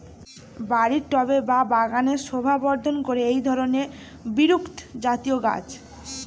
বাড়ির টবে বা বাগানের শোভাবর্ধন করে এই ধরণের বিরুৎজাতীয় গাছ